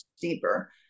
deeper